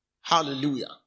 Hallelujah